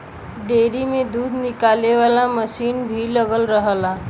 dairy में दूध निकाले वाला मसीन भी लगल रहेला